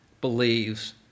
believes